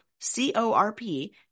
C-O-R-P